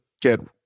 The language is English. get